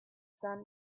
sun